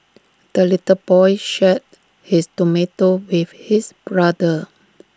the little boy shared his tomato with his brother